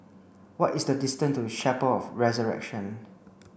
what is the distance to Chapel of the Resurrection